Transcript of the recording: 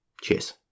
Cheers